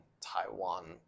Taiwan